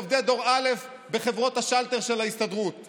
עובדי דור א' בחברות השלטר של ההסתדרות,